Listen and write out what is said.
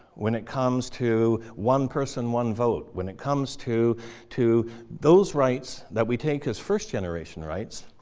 when it comes to one person, one vote, when it comes to to those rights that we take as first generation rights,